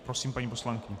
Prosím, paní poslankyně.